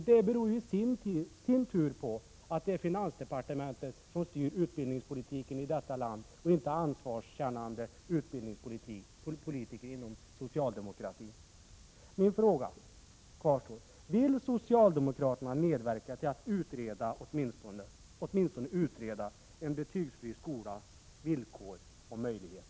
Det beror i sin tur på att det är finansdepartementet som styr utbildningspolitiken i detta land, inte ansvarskännande utbildningspolitiker inom socialdemokratin. Min fråga kvarstår: Vill socialdemokraterna medverka till att åtminstone utreda en betygsfri skolas villkor och möjligheter?